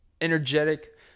energetic